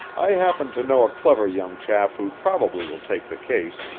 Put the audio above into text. i happen to know a clever young chap who probably will take the case,